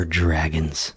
dragons